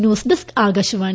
news desk Akashvani